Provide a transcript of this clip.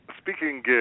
speaking